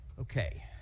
Okay